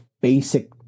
basic